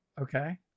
Okay